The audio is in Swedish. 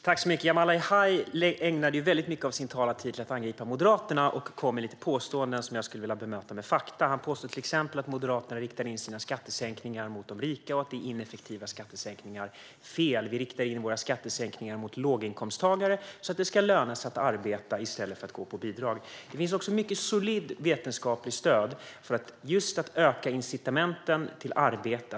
Fru talman! Jamal El-Haj ägnade väldigt mycket av sin talartid åt att angripa Moderaterna och kom med en del påståenden som jag skulle vilja bemöta med fakta. Han påstår till exempel att Moderaterna riktar in sina skattesänkningar mot de rika och att det är ineffektiva skattesänkningar. Fel, vi riktar in våra skattesänkningar mot låginkomsttagare så att det ska löna sig att arbeta i stället för att gå på bidrag. Det finns också mycket solitt vetenskapligt stöd för att just öka incitamenten till arbete.